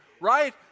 right